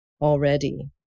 already